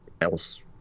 else